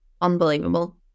Unbelievable